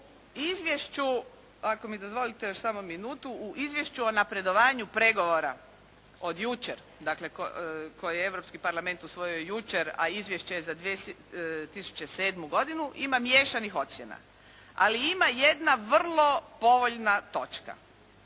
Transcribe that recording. U izvješću ako mi dozvolite još samo minutu. U izvješću o napredovanju pregovora od jučer, dakle koje je Europski parlament usvojio jučer, a izvješće je za 2007. godinu, ima miješanih ocjena. Ali ima jedna vrlo povoljna točka.